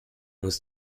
muss